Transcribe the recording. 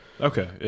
Okay